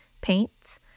paints